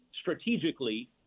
strategically